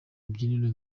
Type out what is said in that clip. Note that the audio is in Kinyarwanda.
mibyinire